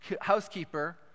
housekeeper